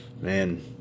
man